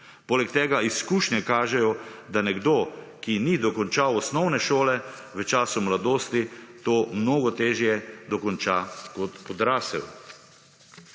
Poleg tega izkušnje kažejo, da nekdo, ki ni dokončal osnovne šole v času mladosti to mnogo težje dokonča kot odrasel.